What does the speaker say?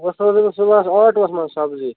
وۅں سوزٕے بہٕ صُبحَس آٹوٗہَس منٛز سبزی